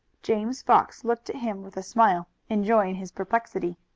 james fox looked at him with a smile, enjoying his perplexity.